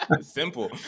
Simple